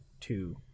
two